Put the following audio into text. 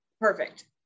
perfect